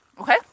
Okay